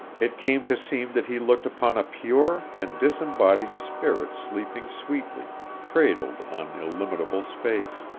it came to seem that he looked upon a pure and disembodied spirit sleeping sweetly cradled on illimitable space.